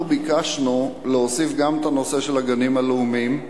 אנחנו ביקשנו להוסיף גם את הנושא של הגנים הלאומיים,